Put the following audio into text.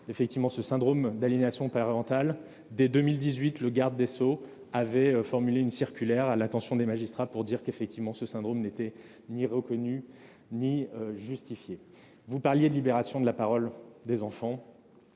le sénateur, le syndrome d'aliénation parentale. Dès 2018, le garde des sceaux avait émis une circulaire à l'attention des magistrats pour leur préciser que ce syndrome n'était ni reconnu ni justifié. Vous parlez aussi de libération de la parole des enfants